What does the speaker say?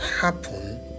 happen